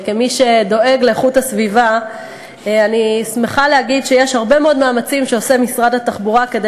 כמי שדואגת לאיכות הסביבה אני שמחה להגיד שמשרד התחבורה עושה הרבה